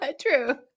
True